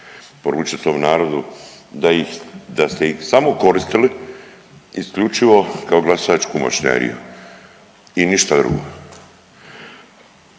poručio svom narodu da ih, da ste ih samo koristili isključivo kao glasačku mašineriju i ništa drugo.